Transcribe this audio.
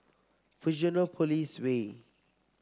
Fusionopolis Way